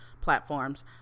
platforms